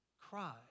cry